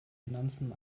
finanzen